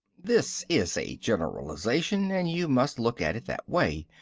this is a generalization and you must look at it that way.